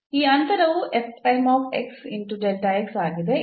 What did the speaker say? ಈ ಅಂತರವು ಆಗಿದೆ